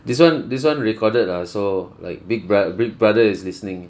this one this one recorded ah so like big bro~ big brother is listening